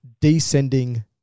descending